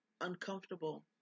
uncomfortable